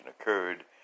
occurred